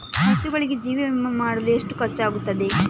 ಹಸುಗಳಿಗೆ ಜೀವ ವಿಮೆ ಮಾಡಲು ಎಷ್ಟು ಖರ್ಚಾಗುತ್ತದೆ?